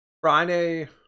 Friday